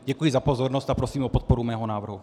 Děkuji za pozornost a prosím o podporu mého návrhu.